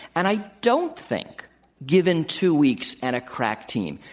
and i don't think given two weeks and a crack team,